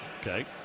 Okay